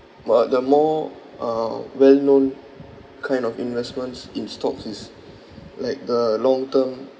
but the more uh well known kind of investments in stocks is like the long term